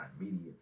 immediate